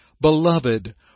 Beloved